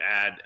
add